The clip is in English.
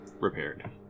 repaired